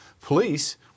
police